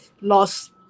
lost